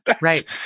Right